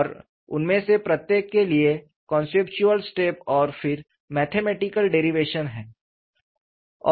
और उनमें से प्रत्येक के लिए कॉन्सेप्चुअल स्टेप और फिर मैथमेटिकल डेरिवेशन है